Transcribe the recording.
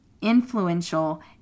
influential